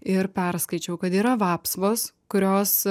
ir perskaičiau kad yra vapsvos kurios